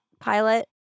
pilot